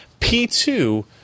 P2